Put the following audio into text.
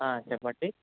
ఆ చెప్పండి